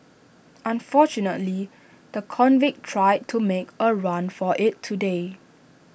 unfortunately the convict tried to make A run for IT today